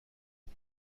قوم